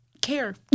care